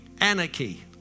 anarchy